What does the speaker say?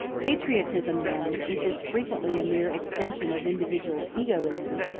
patriotism, then, which is frequently a mere extension of individual egotism,